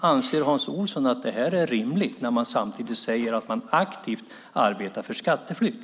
Anser Hans Olsson att det är rimligt, när man samtidigt säger att man aktivt arbetar mot skatteflykt?